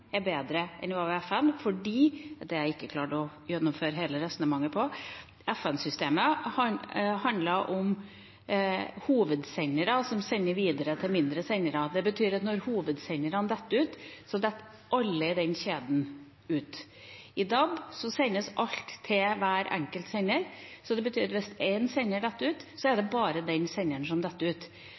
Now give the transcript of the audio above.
bedre enn den var med FM fordi – som jeg ikke klarte å gjennomføre hele resonnementet om – FM-systemet handler om hovedsendere som sender videre til mindre sendere. Det betyr at når hovedsenderne detter ut, detter alle i den kjeden ut. I DAB sendes alt til hver enkelt sender. Det betyr at hvis én sender detter ut, er det bare den senderen som detter ut.